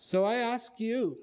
so i ask you